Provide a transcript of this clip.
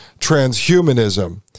transhumanism